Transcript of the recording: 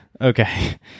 Okay